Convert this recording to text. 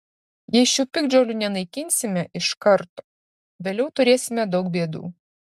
jei šių piktžolių nenaikinsime iš karto vėliau turėsime daug bėdų